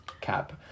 cap